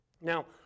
Now